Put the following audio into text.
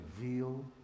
reveal